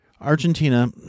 Argentina